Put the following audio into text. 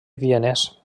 vienès